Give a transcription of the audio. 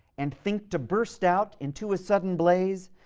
and think to burst out into sudden blaze,